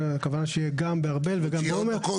הכוונה שיהיה גם בארבל וגם בעומר.